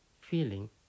feeling